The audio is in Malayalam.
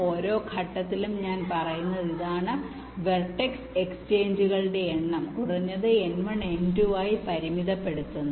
ഓരോ ഘട്ടത്തിലും ഞാൻ പറയുന്നത് ഇതാണ് വെർട്ടക്സ് എക്സ്ചേഞ്ചുകളുടെ എണ്ണം കുറഞ്ഞത് n1 n2 ആയി പരിമിതപ്പെടുത്തുന്നു